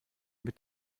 mit